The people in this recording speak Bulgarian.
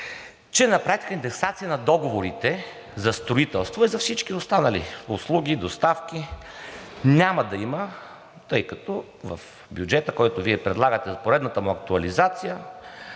че на практика индексация на договорите за строителство, а и за всички останали услуги, доставки няма да има, тъй като в бюджета, който Вие предлагате, в поредната му актуализация